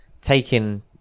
taking